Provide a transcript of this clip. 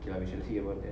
ya we shall see about that